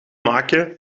maken